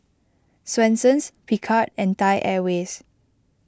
Swensens Picard and Thai Airways